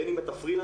בין אם אתה פרילנסר,